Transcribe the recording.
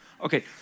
Okay